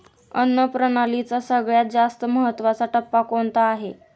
अन्न प्रणालीचा सगळ्यात जास्त महत्वाचा टप्पा कोणता आहे?